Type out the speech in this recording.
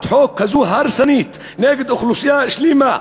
חוק כזו הרסנית נגד אוכלוסייה שלמה,